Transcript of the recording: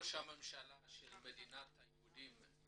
ראש הממשלה של מדינת היהודים,